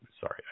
Sorry